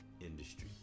industry